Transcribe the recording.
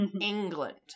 England